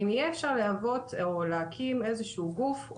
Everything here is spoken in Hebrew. אם יהיה אפשר להקים איזשהו גוף,